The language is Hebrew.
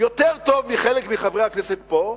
יותר טוב מחלק מחברי הכנסת פה,